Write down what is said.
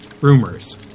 rumors